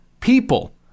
people